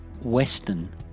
Western